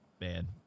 man